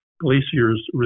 glaciers